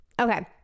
Okay